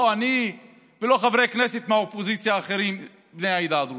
לא אני ולא חברי כנסת אחרים מהאופוזיציה בני העדה הדרוזית.